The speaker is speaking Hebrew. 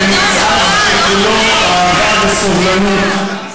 וכשדוקרים למוות נערה במצעד שכולו אהבה וסובלנות,